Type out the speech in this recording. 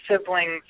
siblings